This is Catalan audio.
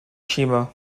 xiva